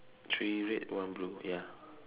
three red one blue ya